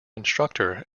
instructor